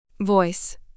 Voice